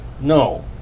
No